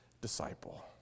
disciple